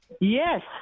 Yes